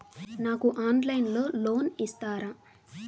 నాకు ఆన్లైన్లో లోన్ ఇస్తారా?